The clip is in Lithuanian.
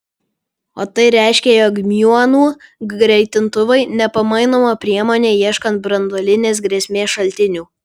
o tai reiškia jog miuonų greitintuvai nepamainoma priemonė ieškant branduolinės grėsmės šaltinių